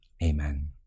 Amen